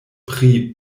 pri